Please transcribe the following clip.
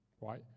right